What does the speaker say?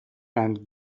and